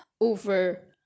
over